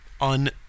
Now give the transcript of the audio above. Un